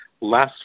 last